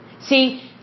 See